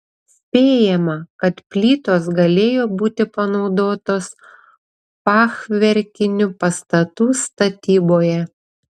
spėjama kad plytos galėjo būti panaudotos fachverkinių pastatų statyboje